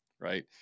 right